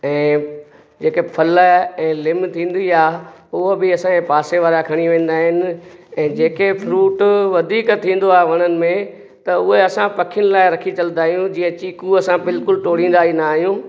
ऐं जेके फल ऐं लिम थींदी आहे उहे बि असांजे पासे वारा खणी वेंदा आहिनि ऐं जेके फ़्रूट वधीक थींदो आहे वणनि में त उहे असां पखियुनि लाइ रखी छॾंदा आहियूं जीअं चीकू असां बिल्कुलु टोड़ींदा ई न आहियूं